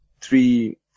three